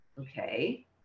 Okay